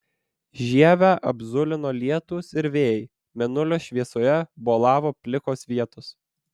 žievę apzulino lietūs ir vėjai mėnulio šviesoje bolavo plikos vietos